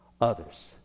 others